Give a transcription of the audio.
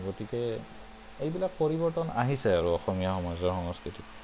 গতিকে এইবিলাক পৰিৱৰ্তন আহিছে আৰু অসমীয়া সমাজৰ সংস্কৃতিত